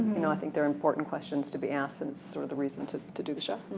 you know i think they're important questions to be asked and sort of the reason to to do the show.